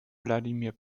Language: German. wladimir